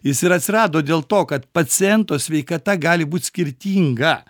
jis ir atsirado dėl to kad paciento sveikata gali būt skirtinga